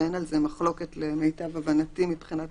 ואין על זה מחלוקת למיטב הבנתי מבחינת